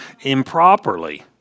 improperly